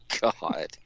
God